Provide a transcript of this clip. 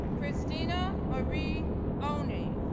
kristina marie oney,